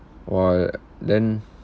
!wah! then